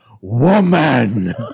woman